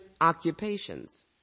occupations